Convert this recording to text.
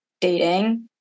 dating